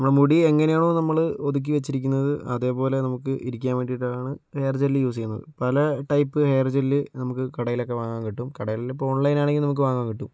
നമ്മുടെ മുടി എങ്ങനെയാണോ നമ്മൾ ഒതുക്കി വെച്ചിരിക്കുന്നത് അതേപോലെ നമുക്ക് ഇരിക്കാൻ വേണ്ടിയിട്ടാണ് ഹെയർ ജെല്ല് യൂസ് ചെയ്യുന്നത് പല ടൈപ്പ് ഹെയർ ജെല്ല് നമുക്ക് കടയിലൊക്കെ വാങ്ങാൻ കിട്ടും കടയിലില്ലെങ്കിൽ ഇപ്പോൾ ഓൺലൈൻ ആയിട്ട് നമുക്ക് വാങ്ങാൻ കിട്ടും